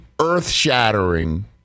earth-shattering